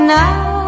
now